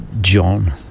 John